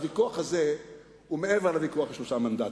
הוויכוח הזה הוא מעבר לוויכוח על שלושה מנדטים.